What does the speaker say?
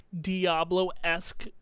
Diablo-esque